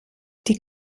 die